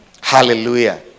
Hallelujah